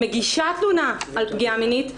מגישה תלונה על פגיעה מינית,